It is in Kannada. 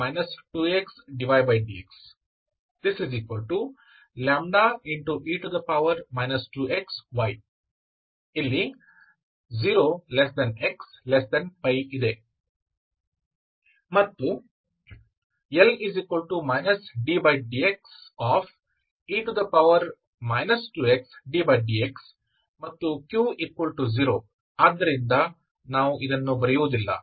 Ly ddxe 2xdydxe 2xy 0xπ ಮತ್ತು L ddxe 2xddx ಮತ್ತು q0 ಆದ್ದರಿಂದ ನಾವು ಇದನ್ನು ಬರೆಯುವುದಿಲ್ಲ